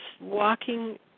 walking